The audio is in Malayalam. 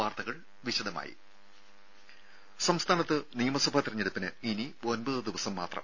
വാർത്തകൾ വിശദമായി സംസ്ഥാനത്ത് നിയമസഭാ തെരഞ്ഞെടുപ്പിന് ഇനി ഒൻപത് ദിവസം മാത്രം